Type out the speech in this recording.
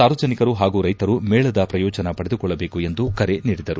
ಸಾರ್ವಜನಿಕರು ಪಾಗೂ ರೈತರು ಮೇಳದ ಪ್ರಯೋಜನ ಪಡೆದುಕೊಳ್ಳಬೇಕು ಎಂದು ಕರೆ ನೀಡಿದರು